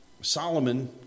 Solomon